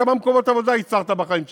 כמה מקומות עבודה ייצרת בחיים שלך?